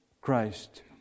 Christ